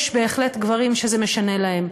יש בהחלט גברים שזה משנה להם,